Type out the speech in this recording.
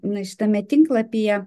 na šitame tinklapyje